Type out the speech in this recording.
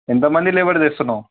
ఎంతమంది లేబర్ తెస్తున్నవు